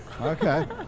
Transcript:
Okay